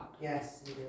Yes